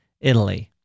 Italy